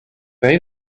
they